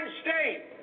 state